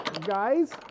Guys